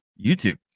YouTube